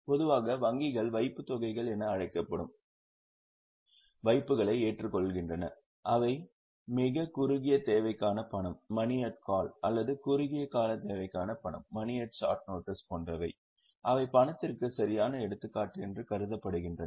பொதுவாக வங்கிகள் வைப்புத்தொகைகள் என அழைக்கப்படும் வைப்புகளை ஏற்றுக்கொள்கின்றன அவை மிகக் குறுகிய தேவைக்கான பணம் அல்லது குறுகிய கால தேவைக்கான பணம் போன்றவை அவை பணத்திற்கு சரியான எடுத்துக்காட்டு என்று கருதப்படுகின்றன